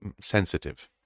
Sensitive